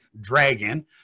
dragon